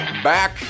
Back